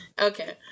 okay